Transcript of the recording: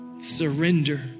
Surrender